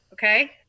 Okay